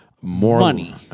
Money